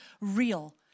real